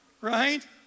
right